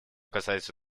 касается